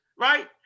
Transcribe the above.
right